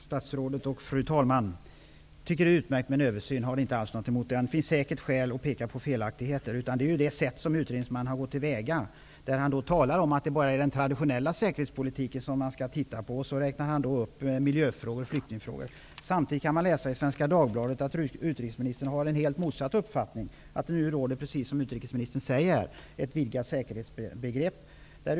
Fru talman! Jag tycker att det är utmärkt med en översyn. Jag har ingenting emot något sådant. Det finns säkert skäl att peka på felaktigheter. Men jag ifrågasätter det sätt som utredningsmannen har gått till väga, där han menar att det är bara den traditionella säkerhetspolitiken som skall ses över. Sedan räknar han upp miljö och flyktingfrågor. Samtidigt går det att läsa i Svenska Dagbladet att utrikesministern har en helt motsatt uppfattning och att det nu råder, precis som utrikesministern har sagt här, ett vidgat säkerhetsbegrepp.